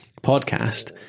podcast